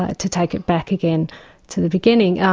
ah to take it back again to the beginning,